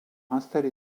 installé